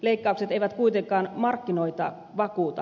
leikkaukset eivät kuitenkaan markkinoita vakuuta